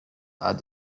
are